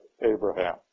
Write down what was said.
Abraham